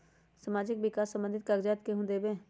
समाजीक विकास संबंधित कागज़ात केहु देबे?